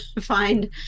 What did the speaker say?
find